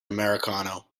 americano